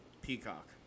Peacock